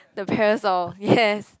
the parasol yes